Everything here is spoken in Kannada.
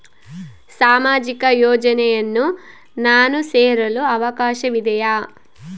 ಸಾಮಾಜಿಕ ಯೋಜನೆಯನ್ನು ನಾನು ಸೇರಲು ಅವಕಾಶವಿದೆಯಾ?